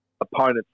opponents